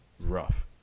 rough